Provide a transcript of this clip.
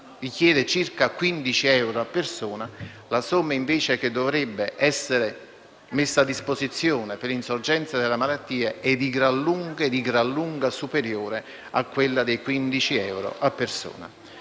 richiede circa 15 euro a persona, la somma che dovrebbe essere messa a disposizione per insorgenza della malattia è di gran lunga superiore ai 15 euro a persona.